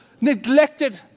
neglected